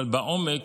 אבל בעומק